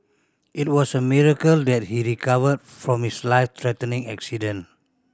it was a miracle that he recovered from his life threatening accident